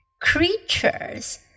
Creatures